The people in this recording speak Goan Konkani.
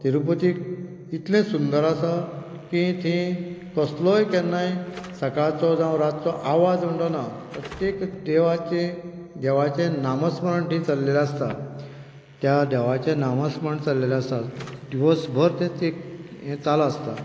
तिरुपती इतलें सुंदर आसा की थंय कोणूय केन्नाय दिसाचो जावं रातचो आवज म्हणिल्लो ना प्रत्येक देवाचें नामस्वण थंय चल्लेलें आसा त्या देवाचें नामस्वण चल्लेलें आसा दिवस भर तें चालू आसता